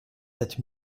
sept